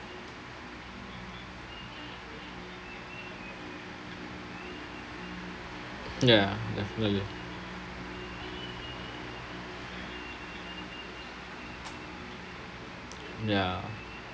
ya definitely ya